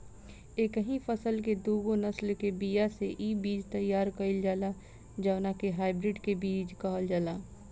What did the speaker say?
एकही फसल के दूगो नसल के बिया से इ बीज तैयार कईल जाला जवना के हाई ब्रीड के बीज कहल जाला